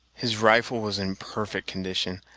his rifle was in perfect condition,